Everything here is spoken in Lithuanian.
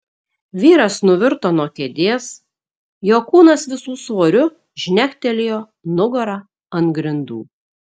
vyras nuvirto nuo kėdės jo kūnas visu svoriu žnektelėjo nugara ant grindų